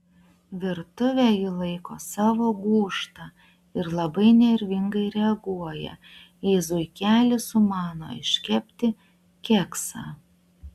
virtuvę ji laiko savo gūžta ir labai nervingai reaguoja jei zuikelis sumano iškepti keksą